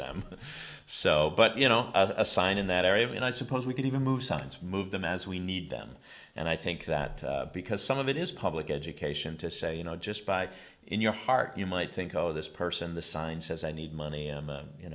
them so but you know a sign in that area and i suppose we could even move sounds move them as we need them and i think that because some of it is public education to say you know just buy in your heart you might think oh this person the sign says i need money and